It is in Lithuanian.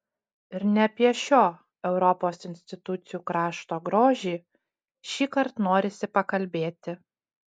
ir ne apie šio europos institucijų krašto grožį šįkart norisi pakalbėti